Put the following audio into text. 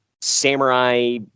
samurai